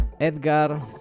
Edgar